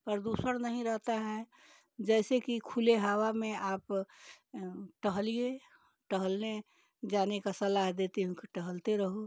प्रदूषण नहीं रहता है जैसे कि खुले हवा में आप टहलिए टहलने जाने का सलाह देती हूँ कि टहलते रहो